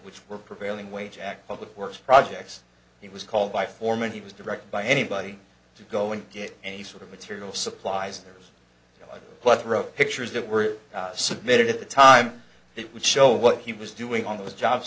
which were prevailing wage act public works projects he was called by foreman he was directed by anybody to go and get any sort of material supplies there's pictures that were submitted at the time it would show what he was doing on those job